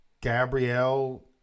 Gabrielle